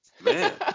Man